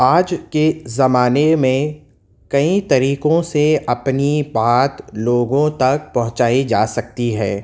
آج کے زمانے میں کئی طریقوں سے اپنی بات لوگوں تک پہنچائی جا سکتی ہے